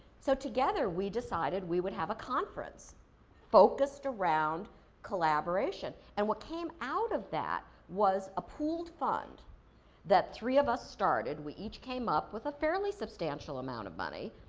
so, together, we decided we would have a conference focused around collaboration, and what came out of that was a pooled fund that three of us started. we each came up with a fairly substantial amount of money,